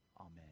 Amen